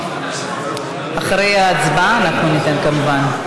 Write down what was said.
אחרי ההצבעה אנחנו ניתן, כמובן.